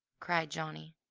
cried johnny.